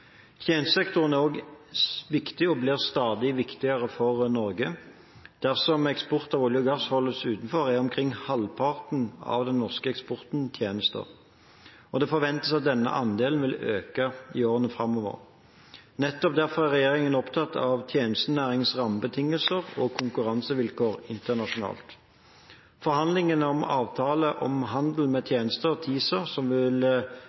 Tjenestesektoren er også viktig og blir stadig viktigere for Norge. Dersom eksport av olje og gass holdes utenfor, er omkring halvparten av den norske eksporten tjenester, og det forventes at denne andelen vil øke i årene framover. Nettopp derfor er regjeringen opptatt av tjenestenæringens rammebetingelser og konkurransevilkår internasjonalt. Forhandlingene om avtale om handel med tjenester – TISA, som vil